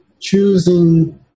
choosing